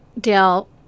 Dale